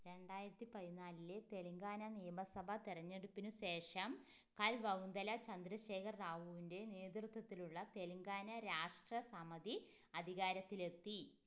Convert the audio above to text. രണ്ടായിരത്തി പതിനാല്ലെ തെലങ്കാന നിയമസഭ തെരഞ്ഞെടുപ്പിനുശേഷം കൽവകുന്തല ചന്ദ്രശേഖർ റാവുവിന്റെ നേതൃത്വത്തിലുള്ള തെലങ്കാന രാഷ്ട്ര സമിതി അധികാരത്തിലെത്തി